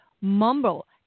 mumble